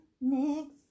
next